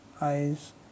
eyes